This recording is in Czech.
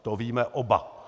To víme oba.